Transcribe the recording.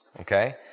okay